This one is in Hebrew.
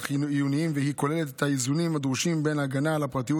והיא כוללת את האיזונים הדרושים בין הגנה על פרטיות